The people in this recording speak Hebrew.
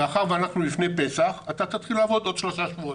מאחר שאנחנו לפני פסח אתה תתחיל לעבוד בעוד שלושה שבועות.